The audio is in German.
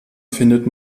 findet